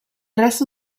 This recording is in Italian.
resto